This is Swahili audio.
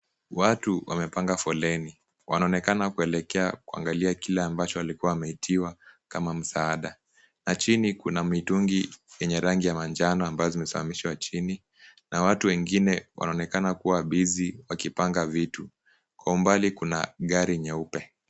Watu wamepanga foleni. Wanaonekana kuelekea kuangalia kila ambacho alikuwa ameitiwa kama msaada. Na chini kuna midungi yenye rangi ya manjano ambazo zimesimamishwa chini. Na watu wengine wanaonekana kuwa busy wakipanga vitu. Kwa umbali kuna gari nyeupe.